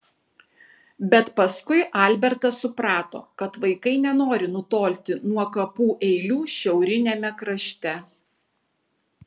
bet paskui albertas suprato kad vaikai nenori nutolti nuo kapų eilių šiauriniame krašte